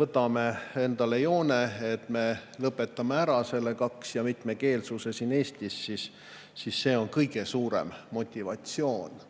võtame endale joone, et me lõpetame ära selle kaks- ja mitmekeelsuse siin Eestis, siis see on kõige suurem motivatsioon.